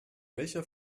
welcher